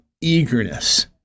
eagerness